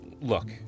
look